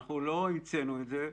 אנחנו לא המצאנו את זה.